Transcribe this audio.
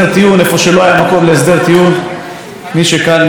מי שמכיר קצת את הנושאים המשפטיים,